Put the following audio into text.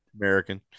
american